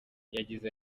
yagize